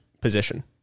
position